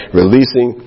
releasing